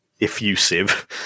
effusive